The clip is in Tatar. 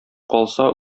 калса